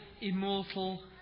immortal